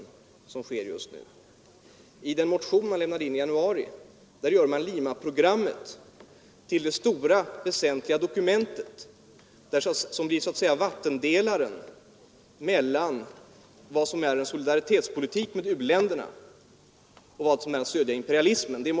I den motion man avlämnade i januari — motionen 1104 — gör man Limaprogrammet till det stora väsentliga dokumentet, som blir så att säga vattendelaren mellan vad som är solidaritetspolitik med u-länderna och vad som är imperialism.